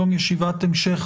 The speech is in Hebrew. היום יום חמישי,